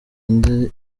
undi